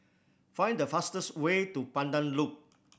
find the fastest way to Pandan Loop